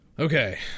Okay